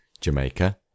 Jamaica